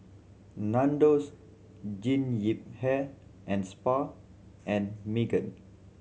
Nandos Jean Yip Hair and Spa and Megan